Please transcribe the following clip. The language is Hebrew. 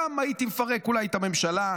גם הייתי מפרק אולי את הממשלה.